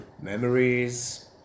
memories